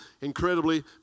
incredibly